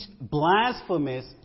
blasphemous